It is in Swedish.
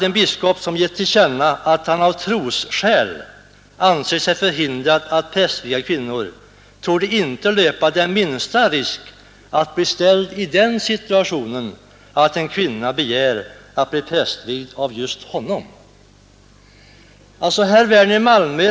En biskop som givit till känna att han av trosskäl anser sig förhindrad att prästviga kvinnor, torde inte löpa den minsta risk att bli ställd i den situationen att en kvinna begär att bli prästvigd av just honom, säger herr Edenman.